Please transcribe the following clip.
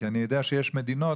כי אני יודע שיש מדינות,